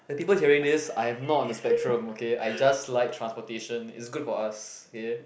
the people hearing this I'm not on the spectrum okay I just like transportation is good for us k